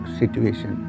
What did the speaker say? situation